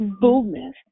fullness